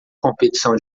competição